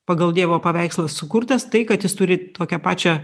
pagal dievo paveikslą sukurtas tai kad jis turi tokią pačią